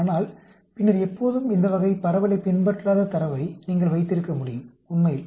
ஆனால் பின்னர் எப்போதும் இந்த வகை பரவலைப் பின்பற்றாத தரவை நீங்கள் வைத்திருக்க முடியும் உண்மையில்